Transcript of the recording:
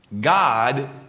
God